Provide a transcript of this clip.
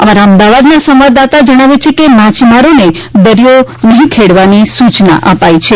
અમારા અમદાવાદના સંવદદાતા જણાવે છે કે માછીમારોને દરીયો નહીં ખેડવાની સૂચના અપાઈ છે